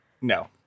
no